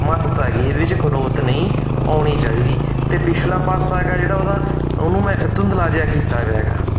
ਮਹੱਤਤਾ ਹੈਗੀ ਇਹਦੇ ਵਿੱਚ ਖੜੋਤ ਨਹੀਂ ਆਉਣੀ ਚਾਹੀਦੀ ਅਤੇ ਪਿਛਲਾ ਪਾਸਾ ਹੈਗਾ ਜਿਹੜਾ ਉਹਦਾ ਉਹਨੂੰ ਮੈਂ ਧੁੰਦਲਾ ਜਿਹਾ ਕੀਤਾ ਵੇ ਹੈਗਾ